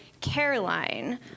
Caroline